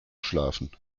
schlafen